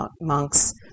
monks